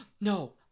no